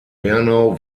bernau